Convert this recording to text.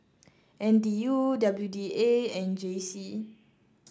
N T U W D A and J C